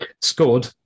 scored